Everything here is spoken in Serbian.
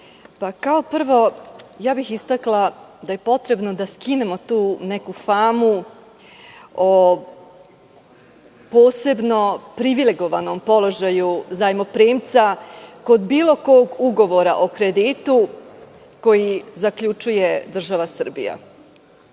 kao prvo istakla bih da je potrebno da skinemo tu neku famu o posebno privilegovanom položaju zajmoprimca kod bilo kog ugovora o kreditu koji zaključuje država Srbija. Kada